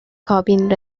کابین